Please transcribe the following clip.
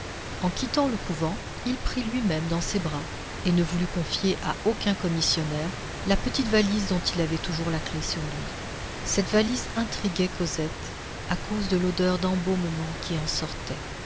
en quittant le couvent il prit lui-même dans ses bras et ne voulut confier à aucun commissionnaire la petite valise dont il avait toujours la clef sur lui cette valise intriguait cosette à cause de l'odeur d'embaumement qui en sortait